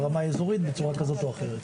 ברמה האזורית בצורה כזו או אחרת.